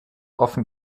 offen